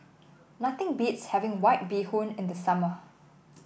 nothing beats having White Bee Hoon in the summer